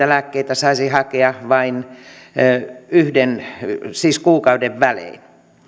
lääkkeitä saisi hakea vain kuukauden välein